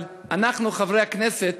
אבל אנחנו, חברי הכנסת,